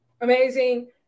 Amazing